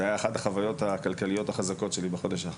זה היה אחת החוויות הכלכליות החזקות שלי בחודש האחרון.